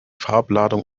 farbladung